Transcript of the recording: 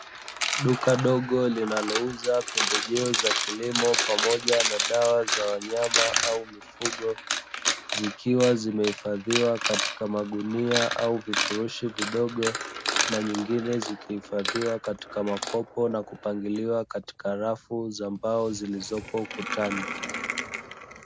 Duka dogo linalouza pembejeo za kilimo pamoja na dawa za wanyama au mifugo, zikiwa zimehifadhiwa katika magunia au vifurushi vidogo na nyingine zikihifadhiwa katika makopo na kupangiliwa katika rafu za mbao zilizopo ukutani.